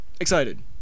excited